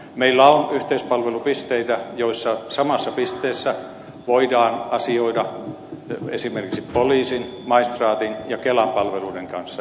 meillä on yhteispalvelupisteitä joissa samassa pisteessä voidaan asioida esimerkiksi poliisin maistraatin ja kelan palveluiden kanssa